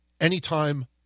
anytime